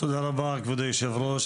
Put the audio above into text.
תודה רבה כבוד היושב-ראש,